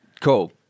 Cool